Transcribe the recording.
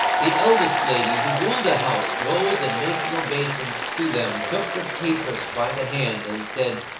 the eldest lady who ruled the house rose and making obeisance to them took the cateress by the hand, and said,